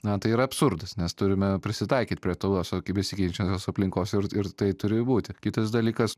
na tai yra absurdas nes turime prisitaikyt prie tos ki besikeičiančios aplinkos ir ir tai turi būti kitas dalykas